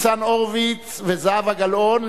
ניצן הורוביץ וזהבה גלאון,